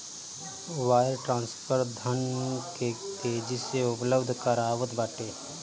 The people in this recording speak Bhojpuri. वायर ट्रांसफर धन के तेजी से उपलब्ध करावत बाटे